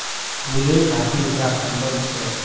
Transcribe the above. फूलेर घाटी उत्तराखंडत छे